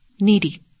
needy